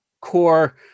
core